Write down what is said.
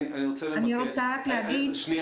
אני רוצה למקד --- אני רוצה רק להגיד --- שנייה,